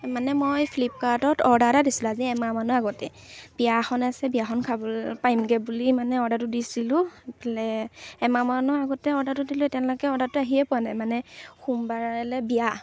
মানে মই ফ্লিপকাৰ্টত অৰ্ডাৰ এটা দিছিলোঁ আজি এমাহমানৰ আগতেই বিয়া এখন আছে বিয়াখন খাব পাৰিমগৈ বুলি মানে অৰ্ডাৰটো দিছিলোঁ এমাহমানৰ আগতে অৰ্ডাৰটো দিলোঁ এতিয়ালৈকে অৰ্ডাৰটো আহিয়ে পোৱা নাই মানে সোমবাৰলৈ বিয়া